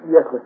Yes